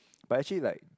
but actually like